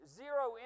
zero